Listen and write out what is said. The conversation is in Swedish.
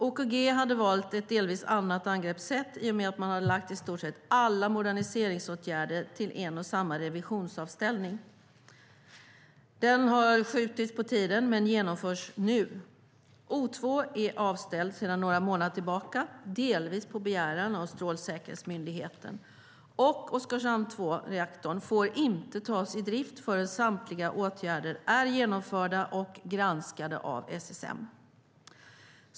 OKG hade valt ett delvis annat angreppssätt i och med att man hade förlagt i stort sett alla moderniseringsåtgärder till en och samma revisionsavställning. Den har skjutits på tiden men genomförs nu. Oskarshamn 2 är avställd sedan några månader tillbaka, delvis på begäran av Strålsäkerhetsmyndigheten, och reaktorn får inte tas i drift förrän samtliga åtgärder är genomförda och granskade av SSM.